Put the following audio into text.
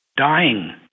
dying